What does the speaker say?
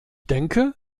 denke